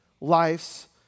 life's